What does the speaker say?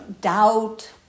doubt